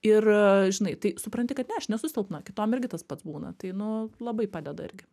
ir žinai tai supranti kad ne aš nesu silpna kitom irgi tas pats būna tai nu labai padeda irgi